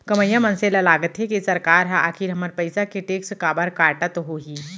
कमइया मनसे ल लागथे के सरकार ह आखिर हमर पइसा के टेक्स काबर काटत होही